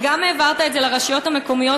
וגם העברת את זה לרשויות המקומיות,